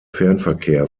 fernverkehr